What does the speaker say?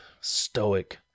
stoic